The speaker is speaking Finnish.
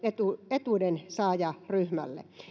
etuudensaajaryhmälle